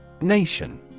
Nation